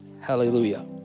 hallelujah